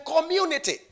community